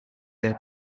their